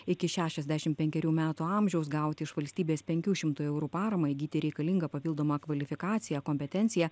iki šešiasdešim penkerių metų amžiaus gauti iš valstybės penkių šimtų eurų paramą įgyti reikalingą papildomą kvalifikaciją kompetenciją